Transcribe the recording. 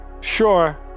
Sure